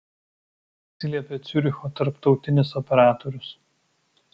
atsiliepė ciuricho tarptautinis operatorius